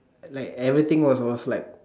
like everything what if I was like